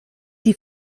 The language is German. die